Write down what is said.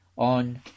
on